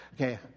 Okay